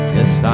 Yes